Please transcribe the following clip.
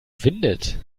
windet